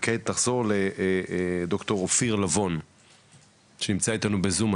ועכשיו דר' אופיר לבון שנמצא אתנו בזום,